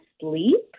sleep